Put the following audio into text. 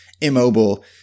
immobile